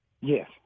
Yes